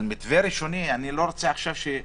אבל מתווה ראשוני אני לא רוצה ששופט